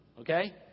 Okay